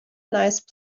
nice